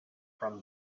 from